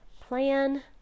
plan